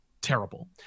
terrible